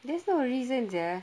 there's no reason sia